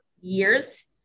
years